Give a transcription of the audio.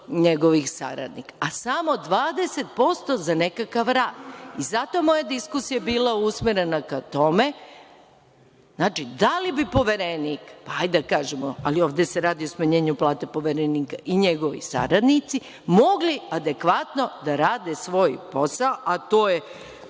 njegovih saradnika, a samo 20% za nekakav rad. Zato je moja diskusija bila usmerena ka tome - da li bi Poverenik, hajde da kažemo, ali ovde se radi o smanjenju plate Poverenika i njegovih saradnika, i njegovi saradnici mogli adekvatno da rade svoj posao, a to je